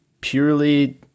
purely